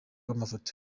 bw’amafoto